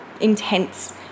intense